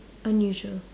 unusual